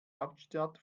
hauptstadt